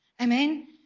Amen